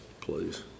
please